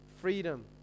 freedom